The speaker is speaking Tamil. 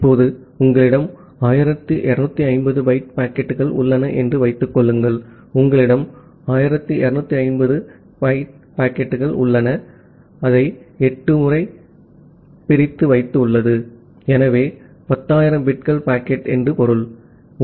இப்போது உங்களிடம் 1250 பைட் பாக்கெட்டுகள் உள்ளன என்று வைத்துக் கொள்ளுங்கள் உங்களிடம் 1250 பைட் பாக்கெட்டுகள் உள்ளன உங்களிடம் 1250 முதல் 8 வரை உள்ளது ஆகவே 10000 பிட்கள் பாக்கெட் என்று பொருள் ஆகும்